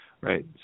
right